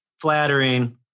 flattering